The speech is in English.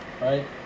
right